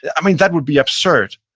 i mean, that would be absurd,